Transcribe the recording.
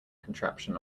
contraption